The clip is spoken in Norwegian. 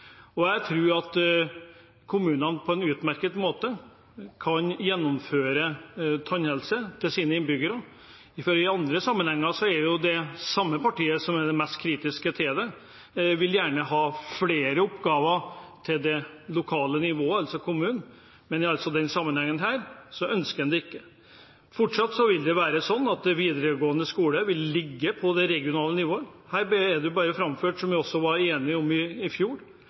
og jeg tror at kommunene på en utmerket måte kan tilby tannbehandling til sine innbyggere. I andre sammenhenger vil jo det samme partiet som er mest kritisk til det, gjerne ha flere oppgaver til det lokale nivået, altså kommunen, men i denne sammenhengen ønsker en det ikke. Fortsatt vil videregående skole ligge på det regionale nivået. Her er det framført, som vi også var enige om i fjor i